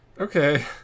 Okay